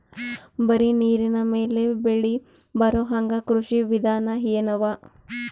ಬರೀ ನೀರಿನ ಮೇಲೆ ಬೆಳಿ ಬರೊಹಂಗ ಕೃಷಿ ವಿಧಾನ ಎನವ?